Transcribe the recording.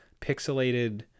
pixelated